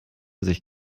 sich